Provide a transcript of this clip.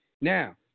Now